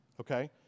Okay